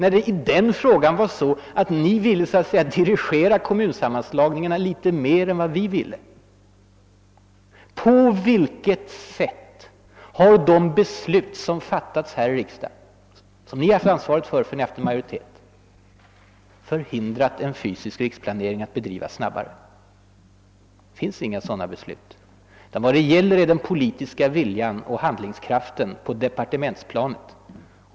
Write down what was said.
I den frågan var det ju så, att ni ville så att säga »dirigera» kommunsammanslagningarna litet mer än vi ville. På vilket sätt har det beslut som fattats här i riksdagen, som ni har haft ansvaret för eftersom ni har haft majoritet, förhindrat att en fysisk riksplanering skulle ha kunnat bedrivas snabbare? Vad det gäller är den politiska viljan och handlingskraften på departementsplanet.